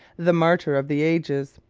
the martyr of the ages